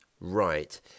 right